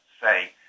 say